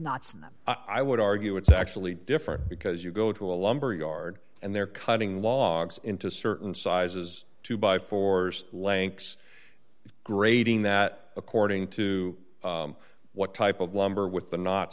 in them i would argue it's actually different because you go to a lumber yard and they're cutting logs into certain sizes two by fours lengths grading that according to what type of lumber with the knot